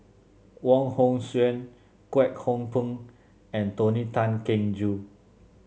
Wong Hong Suen Kwek Hong Png and Tony Tan Keng Joo